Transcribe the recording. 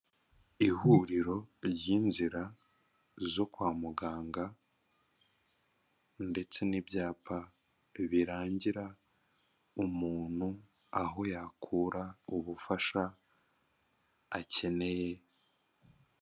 Ihuriro ry'inzira zo kwa muganga, ndetse n'ibyapa birangira umuntu aho yakura ubufasha akeneye.